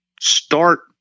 start